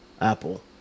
Apple